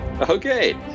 okay